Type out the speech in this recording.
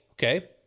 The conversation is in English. Okay